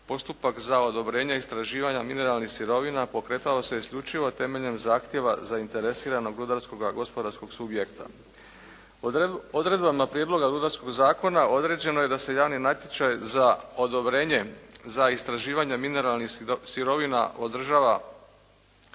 postupak za odobrenje istraživanja mineralnih sirovina pokretao se isključivo temeljem zahtjeva zainteresiranog rudarskoga gospodarskog subjekta. Odredbama Prijedloga rudarskog zakona određeno je da se javni natječaj za odobrenje za istraživanje mineralnih sirovina održava